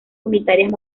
unitarias